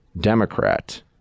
Democrat